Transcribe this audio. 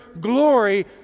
glory